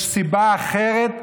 יש סיבה אחרת?